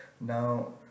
Now